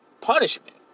punishment